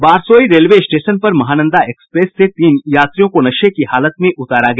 Barsoi railway station पर Mahananda express से तीन यात्रियों को नशे की हालत में उतारा गया